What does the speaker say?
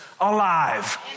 alive